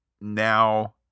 now